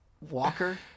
Walker